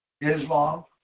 Islam